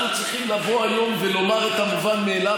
צריכים לבוא היום ולומר את המובן מאליו.